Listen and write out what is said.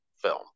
film